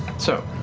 so,